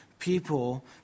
people